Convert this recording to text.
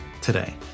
today